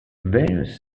various